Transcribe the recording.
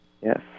Yes